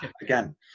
again